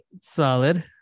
solid